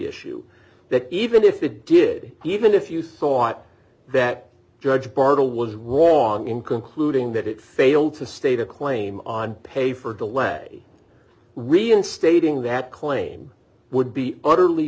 issue that even if it did even if you thought that judge bartol was wrong in concluding that it failed to state a claim on pay for the lad reinstating that claim would be utterly